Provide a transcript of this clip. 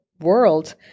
world